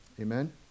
Amen